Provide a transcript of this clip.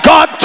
God